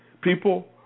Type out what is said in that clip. People